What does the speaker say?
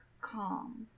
calm